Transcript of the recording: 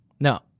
No